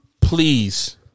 Please